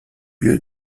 lieu